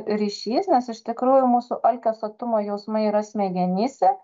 ryšys nes iš tikrųjų mūsų alkio sotumo jausmai yra smegenyse